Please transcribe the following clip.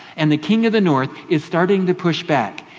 and the king of the north is starting to push back.